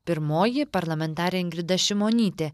pirmoji parlamentarė ingrida šimonytė